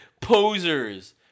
posers